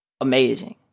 amazing